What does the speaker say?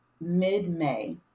mid-May